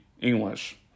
English